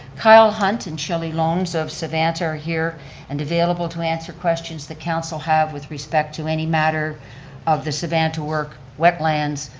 kyle hunt and shelley lohnes of savanta are here and available to answer questions that council have with respect to any matter of the savanna work, wetlands,